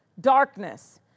darkness